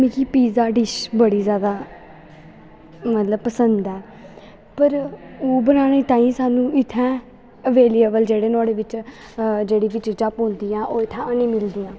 मिगी pizza dish बड़ी जादा मतलव पसंद ऐ पर ओह् बनानै तांई साह्नू इत्थैं अवेलेवल जेह्ड़े नोहाड़े बिच्च जेह्ड़ी बी चीजां पौंदियां ओह् इत्थें नेंई मिलदियां